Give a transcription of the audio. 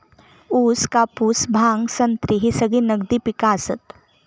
ऊस, कापूस, भांग, संत्री ही सगळी नगदी पिका आसत